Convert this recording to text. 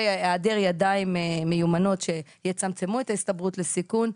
והיעדר ידיים מיומנות שיצמצמו את ההסתברות לסיכון,